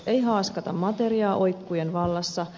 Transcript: ei haaskata materiaa oikkujen vallassa